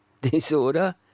Disorder